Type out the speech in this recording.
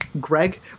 Greg